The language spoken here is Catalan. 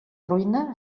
ruïna